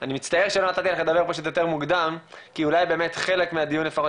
אני מצטער שלא נתתי לך לדבר יותר מוקדם כי אולי חלק מהדיון לפחות